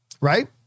Right